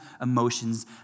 emotions